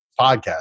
podcast